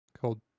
called